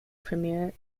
premier